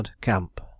camp